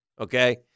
Okay